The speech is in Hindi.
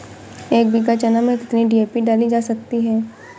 एक बीघा चना में कितनी डी.ए.पी डाली जा सकती है?